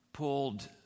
Pulled